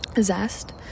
Zest